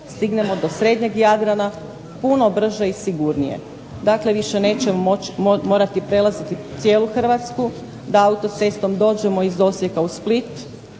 stignemo do srednjeg Jadrana puno brže i sigurnije. Dakle, više nećemo morati prelaziti cijelu Hrvatsku da autocestom dođemo iz Osijeka u Split